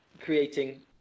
creating